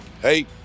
Hey